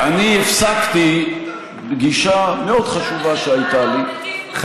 אני הפסקתי פגישה מאוד חשובה שהייתה לי,